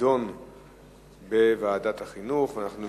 תידון בוועדת החינוך, התרבות והספורט.